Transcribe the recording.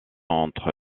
entre